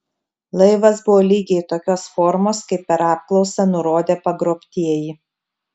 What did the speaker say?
laivas buvo lygiai tokios formos kaip per apklausą nurodė pagrobtieji